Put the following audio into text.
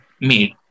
made